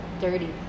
dirty